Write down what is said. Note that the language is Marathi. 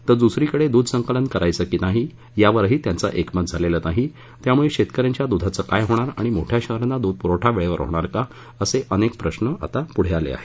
तर दुसरीकडे दूध संकलन करायचे की नाही यावरही त्यांचं एकमत झालेलं नाही त्यामुळे शेतकऱ्यांच्या दुधाचे काय होणार आणि मोठ्या शहरांना दूध पुरवठा वेळेवर होणार का असे अनेक प्रश्न आता पुढं आले आहेत